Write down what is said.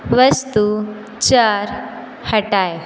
वस्तु चार हटाएँ